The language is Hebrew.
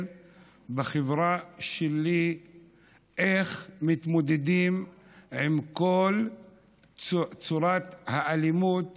בחברה שלי על איך מתמודדים עם כל צורות האלימות